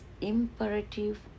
imperative